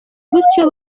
gutyo